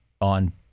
on